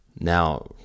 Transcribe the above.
Now